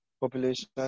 population